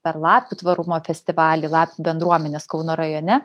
per lapių tvarumo festivalį lapių bendruomenės kauno rajone